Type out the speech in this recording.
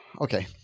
Okay